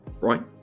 right